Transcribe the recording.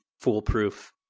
foolproof